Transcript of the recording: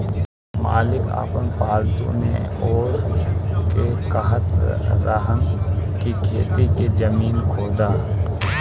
मालिक आपन पालतु नेओर के कहत रहन की खेत के जमीन खोदो